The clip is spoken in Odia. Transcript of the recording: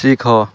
ଶିଖ